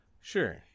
Sure